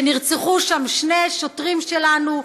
שנרצחו בהם שני שוטרים שלנו,